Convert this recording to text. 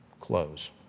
close